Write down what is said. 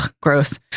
gross